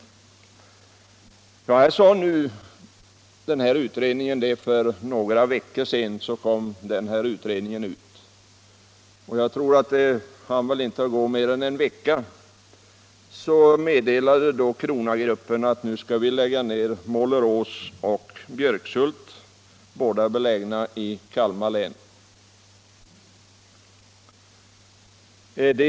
Utredningen sade alltså i sitt betänkande för några veckor sedan, det jag citerat, och jag tror inte att det hann gå mer än en vecka förrän Kronagruppen meddelade att Målerås och Björkshults glasbruk, båda belägna i Kalmar län, skulle läggas ned.